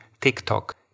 TikTok